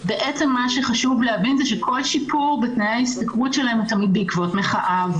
חשוב להבין שכל שיפור בתנאי ההשתכרות שלהם הוא תמיד בעקבות מחאה,